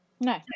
No